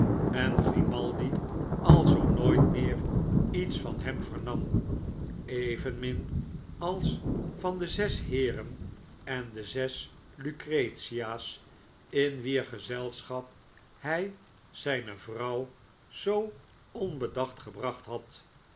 en grimaldi alzoo nooit meer iets van hem vernam evenmin als vandezes heeren en de zes lucretia's in wier gezelschap hij zijne vrouw zoo onbedacht gebracht had